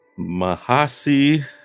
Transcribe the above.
Mahasi